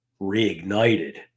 reignited